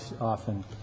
often